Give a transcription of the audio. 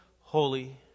holy